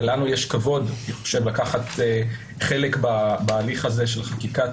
ולנו יש כבוד לקחת חלק בהליך הזה של חקיקת